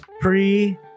pre